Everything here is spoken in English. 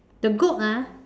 the goat ah